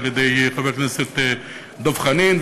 חברי הכנסת דב חנין,